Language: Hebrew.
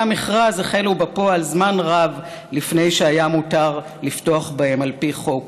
המכרז החלו בפועל זמן רב לפני שהיה מותר לפתוח בהם על פי חוק".